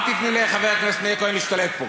אל תיתני לחבר הכנסת מאיר כהן להשתלט פה,